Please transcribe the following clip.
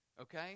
Okay